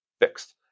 fixed